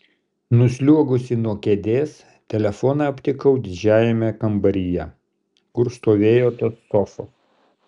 nusliuogusi nuo kėdės telefoną aptikau didžiajame kambaryje kur stovėjo tos sofos